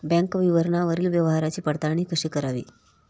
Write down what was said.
Bank विवरणावरील व्यवहाराची पडताळणी कशी करावी?